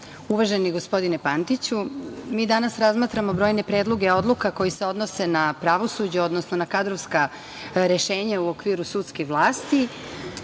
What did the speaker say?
gospodine Pantiću, mi danas razmatramo brojne predloge odluka koje se odnose na pravosuđe, odnosno na kadrovska rešenja u okviru sudske vlasti